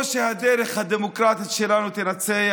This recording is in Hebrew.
או שהדרך הדמוקרטית שלנו תנצח,